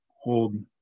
hold